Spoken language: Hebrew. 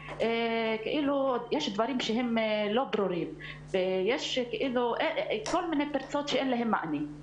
יש דברים שהם לא ברורים ויש כל מיני פרצות שאין להן מענה.